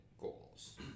goals